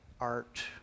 art